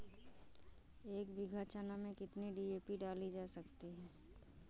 एक बीघा चना में कितनी डी.ए.पी डाली जा सकती है?